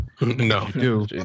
No